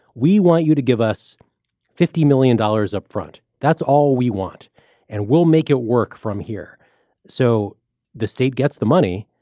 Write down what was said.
we want you to give us fifty million dollars upfront. that's all we want and we'll make it work from here so the state gets the money,